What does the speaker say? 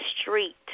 street